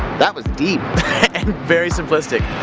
that was deep. and very simplistic.